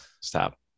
stop